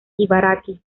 ibaraki